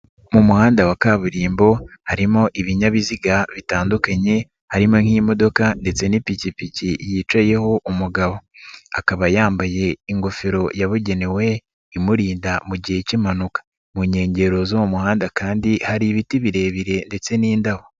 Mu muhanda wa kaburimbo harimo ibinyabiziga bitandukanye, harimo nk'imodoka ndetse n'ipikipiki yicayeho umugabo ,akaba yambaye ingofero yabugenewe, imurinda mu gihe cy'impanuka ,mu nkengero zo mu muhanda kandi ,hari ibiti birebire ndetse n'indabo.